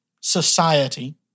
society